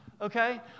okay